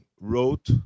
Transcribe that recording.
wrote